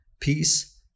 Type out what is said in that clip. peace